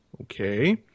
Okay